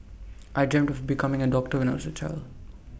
I dreamt of becoming A doctor when I was A child